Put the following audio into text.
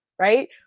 right